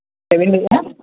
ᱪᱮᱫᱵᱮᱱ ᱞᱟᱹᱭᱮᱫᱼᱟ